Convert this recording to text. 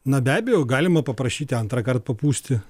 na be abejo galima paprašyti antrąkart papūsti